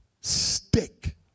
stick